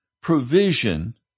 provision